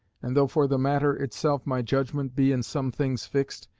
and though for the matter itself my judgement be in some things fixed,